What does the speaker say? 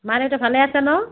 মা দেউতা ভালে আছে নহ্